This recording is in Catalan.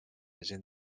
gent